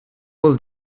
will